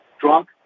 drunk